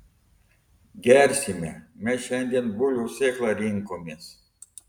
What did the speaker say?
gersime mes šiandie bulvių sėklą rinkomės